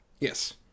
yes